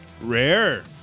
rare